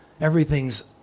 Everything's